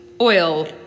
oil